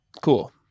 Cool